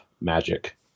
magic